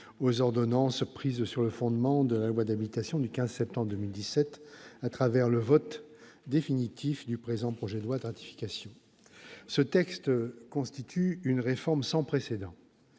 aux ordonnances prises sur le fondement de la loi d'habilitation du 15 septembre 2017, à travers le vote définitif du présent projet de loi de ratification. Ce texte constitue une réforme du droit